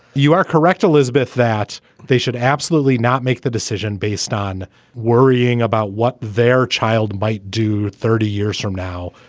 you are correct, elizabeth, that they should absolutely not make the decision based on worrying about what their child might do. thirty years from now,